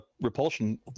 repulsion